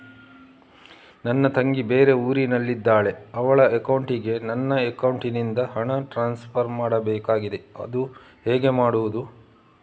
ನನ್ನ ತಂಗಿ ಬೇರೆ ಊರಿನಲ್ಲಿದಾಳೆ, ಅವಳ ಅಕೌಂಟಿಗೆ ನನ್ನ ಅಕೌಂಟಿನಿಂದ ಹಣ ಟ್ರಾನ್ಸ್ಫರ್ ಮಾಡ್ಬೇಕಾಗಿದೆ, ಅದು ಹೇಗೆ ಮಾಡುವುದು?